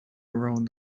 around